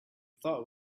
thought